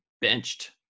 benched